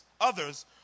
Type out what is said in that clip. others